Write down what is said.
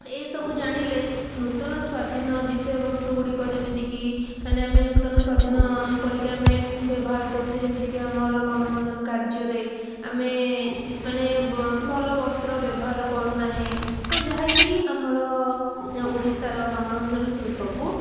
ଏହିସବୁ ଜାଣିଲେ ନୂତନ ସ୍ଵାଧୀନ ବିଷୟବସ୍ତୁଗୁଡ଼ିକ ଯେମିତିକି ମାନେ ଆମେ ନୂତନ ସ୍ଵାଧୀନ ପରିକା ଆମେ ବ୍ୟବହାର କରୁଛେ ଯେମିତିକି ଆମର ମନୋରଞ୍ଜନ କାର୍ଯ୍ୟରେ ଆମେ ମାନେ ଭଲ ବସ୍ତ୍ର ବ୍ୟବାହର କରୁ ନାହେଁ ତ ଯାହାକି ଆମର ଓଡ଼ିଶାର ମନୋରଞ୍ଜନ ଶିଳ୍ପକୁ